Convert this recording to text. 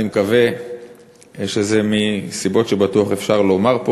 אני מקווה שזה מסיבות שבטוח אפשר לומר פה.